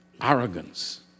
arrogance